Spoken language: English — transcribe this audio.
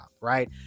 right